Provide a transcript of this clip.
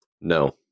No